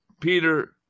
peter